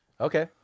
Okay